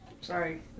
sorry